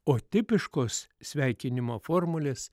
o tipiškos sveikinimo formulės